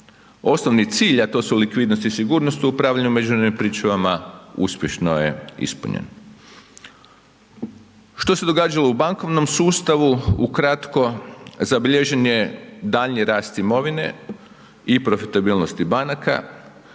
Osnovni cilj, a to su likvidnost i sigurnost u upravljanju međunarodnim pričuvama uspješno je ispunjen. Što se događalo u bankovnom sustavu? Ukratko, zabilježen je daljnji rast imovine i profitabilnosti banaka,